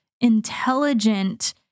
intelligent